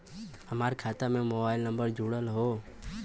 हमार खाता में मोबाइल नम्बर जुड़ल हो?